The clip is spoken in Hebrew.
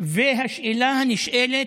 והשאלה הנשאלת: